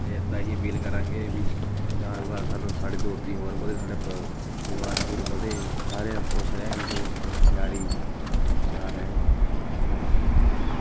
ਅਤੇ ਅਸੀਂ ਤਾਂ ਇਹੀ ਅਪੀਲ ਕਰਾਂਗੇ ਵੀ ਗਾਹਾਂ ਤੋਂ ਗਾਹਾਂ ਸਾਨੂੰ ਸਾਡੀ ਦੋਸਤੀ ਹੋਰ ਵਧੇ ਸਾਡਾ ਪ ਪਰਿਵਾਰ ਪੂਰ ਵਧੇ ਸਾਰਿਆਂ ਖੁਸ਼ ਰਹਿਣ ਦੋਸਤ ਯਾਰੀ ਖੁਸ਼ਹਾਲ ਰਹਿਣ ਰਿਸ਼ਤੇਦਾਰੀ ਬਖ਼ਸੇ